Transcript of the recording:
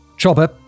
Chopper